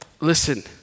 listen